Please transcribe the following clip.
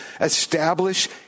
establish